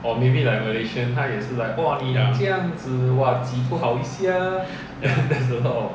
ya ya